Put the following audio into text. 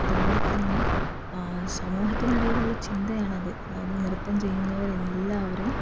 അതുപോലെത്തന്നെ ആ സമൂഹത്തിനിടയിലുള്ള ചിന്തയാണത് അതായത് നൃത്തം ചെയ്യുന്നവരെല്ലാവരും